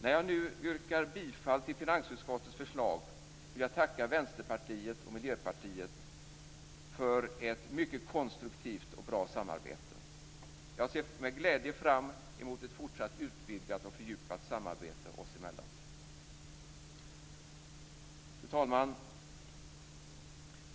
När jag nu yrkar bifall till finansutskottets förslag vill jag tacka Vänsterpartiet och Miljöpartiet för ett mycket konstruktivt och bra samarbete. Jag ser med glädje fram emot ett fortsatt utvidgat och fördjupat samarbete oss emellan. Fru talman!